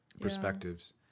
perspectives